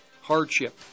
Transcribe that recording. Hardship